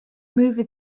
movie